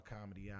comedy